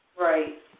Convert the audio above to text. Right